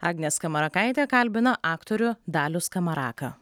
agnė skamarakaitė kalbina aktorių dalių skamaraką